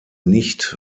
nicht